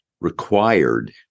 required